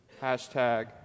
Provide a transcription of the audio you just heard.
hashtag